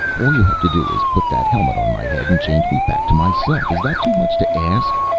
all you have to do is put that helmet on my head and change me back to myself. is that too much to ask?